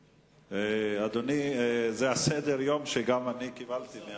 אדוני, זה סדר-היום שגם אני קיבלתי.